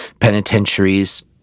penitentiaries